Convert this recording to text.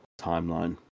timeline